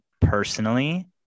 personally